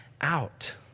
out